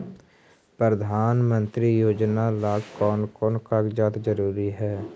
प्रधानमंत्री योजना ला कोन कोन कागजात जरूरी है?